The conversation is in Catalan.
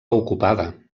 ocupada